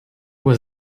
was